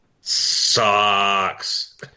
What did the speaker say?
Sucks